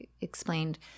explained